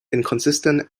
inconsistent